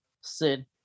Sid